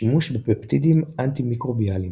שימוש בפפטידים אנטימיקרוביאליים.